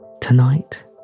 tonight